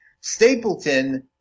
stapleton